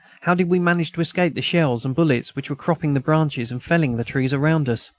how did we manage to escape the shells and bullets which were cropping the branches and felling the trees around us?